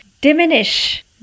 diminish